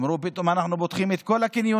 אמרו פתאום: אנחנו פותחים את כל הקניונים.